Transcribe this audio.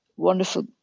wonderful